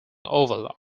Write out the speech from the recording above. oval